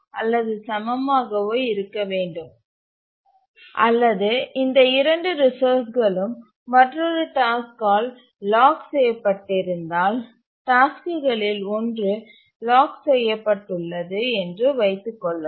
இந்த 2 ரிசோர்ஸ்இல் ஒன்று மற்றொரு டாஸ்க்கால் லாக் செய்யப்பட்டிருந்தால் அல்லது இந்த இரண்டு ரிசோர்ஸ்களும் மற்றொரு டாஸ்க்கால் லாக் செய்யப்பட்டிருந்தால் டாஸ்க்குகளில் ஒன்று லாக் செய்ய பட்டுள்ளது என்று வைத்துக் கொள்ளுங்கள்